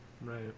Right